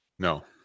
No